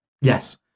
Yes